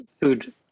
food